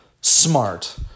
smart